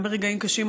גם ברגעים קשים,